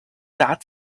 that